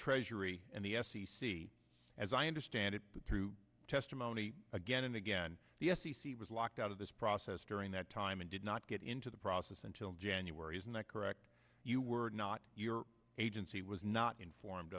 treasury and the f c c as i understand it but through testimony again and again the he was locked out of this process during that time and did not get into the process until january isn't that correct you were not your agency was not informed